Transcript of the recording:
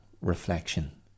reflection